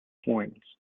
coins